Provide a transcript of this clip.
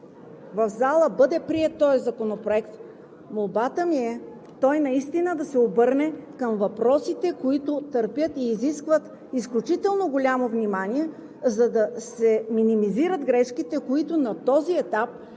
в залата бъде приет този законопроект, молбата ми е той наистина да се обърне към въпросите, които търпят и изискват изключително голямо внимание, за да се минимизират грешките, които на този етап